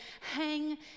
hang